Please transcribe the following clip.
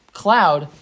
cloud